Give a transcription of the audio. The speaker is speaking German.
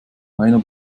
heiner